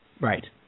Right